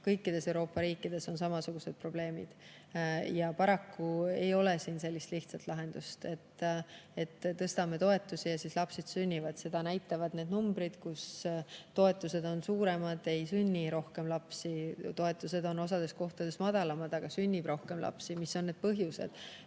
kõikides Euroopa riikides on samasugused probleemid. Paraku ei ole siin sellist lihtsat lahendust, et tõstame toetusi ja lapsed sünnivad. Seda näitavad need numbrid: kus toetused on suuremad, ei sünni rohkem lapsi, osades kohtades toetused on madalamad, aga sünnib rohkem lapsi. Mis on need põhjused?